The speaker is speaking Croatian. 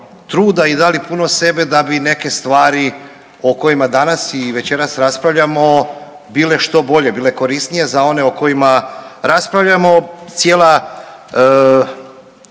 truda i dali puno sebe da bi neke stvari o kojima danas i večeras raspravljamo bile što bolje, bile korisnije za one o kojima raspravljamo. Cijeli